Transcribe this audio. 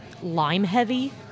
Lime-heavy